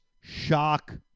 shock